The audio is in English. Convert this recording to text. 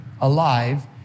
alive